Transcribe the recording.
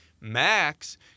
Max